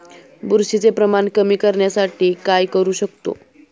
बुरशीचे प्रमाण कमी करण्यासाठी काय करू शकतो?